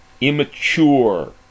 immature